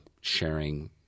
sharing